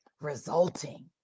Resulting